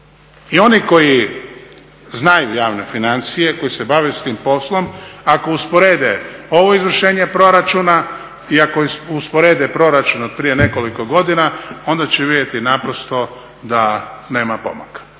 I oni koji znaju javne financije, koji se bave s tim poslom, ako usporede ovo izvršenje proračuna i ako usporede proračun od prije nekoliko godina, onda će vidjeti naprosto da nema pomaka.